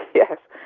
yes.